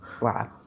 Wow